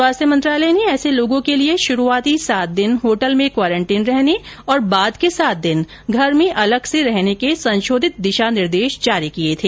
स्वास्थ्य मंत्रालय ने ऐसे लोगों के लिए शुरूआती सात दिन होटल में क्वारेन्टीन रेहने और बाद के सात दिन घर में अलग से रहने के संशोधति दिशा निर्देश जारी किए थे